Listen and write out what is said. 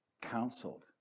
counseled